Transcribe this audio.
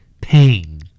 Pain